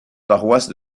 paroisses